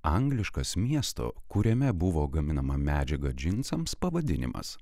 angliškas miesto kuriame buvo gaminama medžiaga džinsams pavadinimas